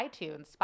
itunes